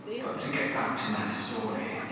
but to get back to my story.